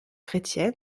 chrétienne